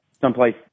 someplace